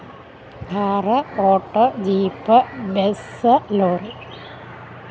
car boat jeep bus lorry